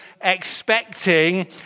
expecting